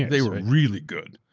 they were really good,